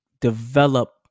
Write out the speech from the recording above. develop